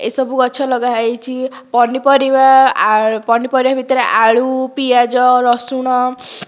ଏହିସବୁ ଗଛ ଲଗାହୋଇଛି ପନିପରିବା ପନିପରିବା ଭିତରେ ଆଳୁ ପିଆଜ ରସୁଣ